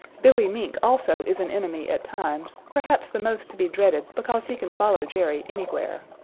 billy mink also is an enemy at times, perhaps the most to be dreaded because he can follow jerry anywhere.